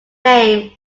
name